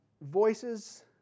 voices